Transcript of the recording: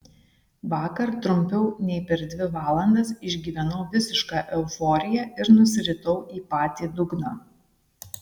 vakar trumpiau nei per dvi valandas išgyvenau visišką euforiją ir nusiritau į patį dugną